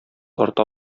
арта